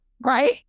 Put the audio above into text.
Right